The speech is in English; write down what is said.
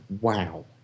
wow